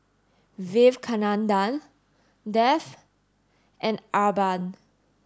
Vivekananda Dev and Arnab